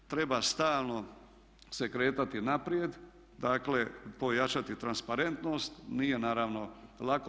Treba stalno se kretati naprijed, dakle pojačati transparentnost, nije naravno lako.